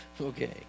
Okay